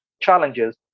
challenges